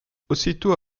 aussitôt